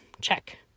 check